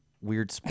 weird